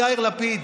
יאיר לפיד,